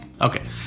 Okay